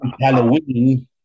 Halloween